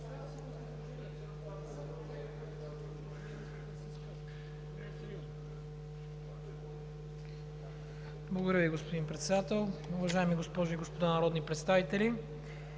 Благодаря Ви, господин Председател. Уважаеми госпожи и господа народни представители!